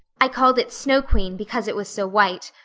i called it snow queen because it was so white.